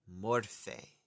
morphe